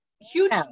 huge